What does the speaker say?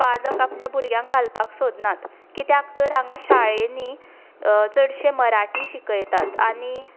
पालक आपल्या भुरग्यांक घालपाक सोदनात कित्याक तर हांगा शाळांनी चडशे मराठी शिकयतात आनी